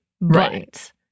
Right